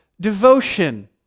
devotion